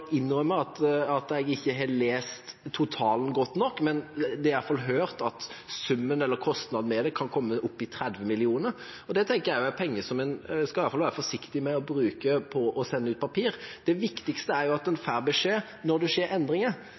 har i hvert fall hørt at summen eller kostnaden kan komme opp i 30 mill. kr. Det tenker jeg er penger en i alle fall skal være forsiktig med å bruke på å sende ut papir. Det viktigste er jo at en får beskjed når det skjer endringer,